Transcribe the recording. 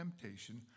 temptation